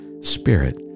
Spirit